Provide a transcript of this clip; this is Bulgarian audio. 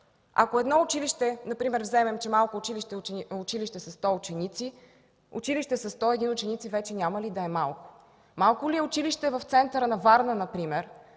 Ако вземем например, че малко училище е със 100 ученици, то училище със 101 ученика вече няма ли да е малко? Малко ли е училище в центъра на Варна, например,